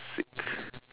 sick